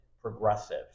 progressive